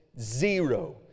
Zero